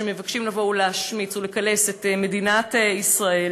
שמבקשים לבוא ולהשמיץ ולקלס את מדינת ישראל,